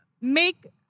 make